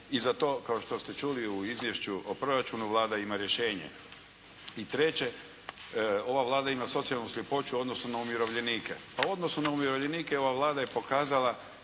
I za to, kao što ste čuli u Izvješću o proračunu Vlada ima rješenje. I treće. Ova Vlada ima socijalnu sljepoću u odnosu na umirovljenike. Pa u odnosu na umirovljenike ova Vlada je pokazala